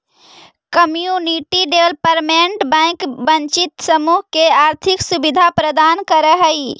community development bank वंचित समूह के आर्थिक सुविधा प्रदान करऽ हइ